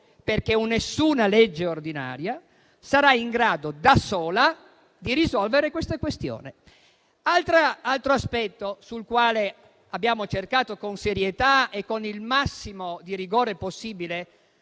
perché nessuna legge ordinaria sarà in grado, da sola, di risolvere questa questione. Altro aspetto sul quale abbiamo cercato con serietà e con il massimo rigore possibile